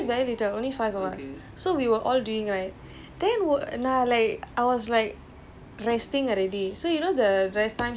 mine was damn rabak so only five of us I remember the sprinters very little only five of us so we were all doing right